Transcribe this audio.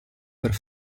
per